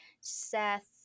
Seth